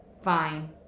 Fine